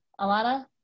Alana